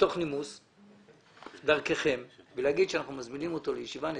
מתוך נימוס דרככם ולומר שאנחנו מזמינים אותו לישיבה.